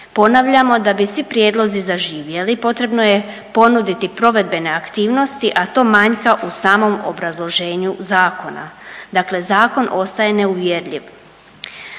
Ponavljamo da bi svi prijedlozi zaživjeli potrebno je ponuditi provedbene aktivnosti, a to manjka u samom obrazloženju zakona. Dakle, zakon ostaje neuvjerljiv.